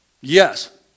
Yes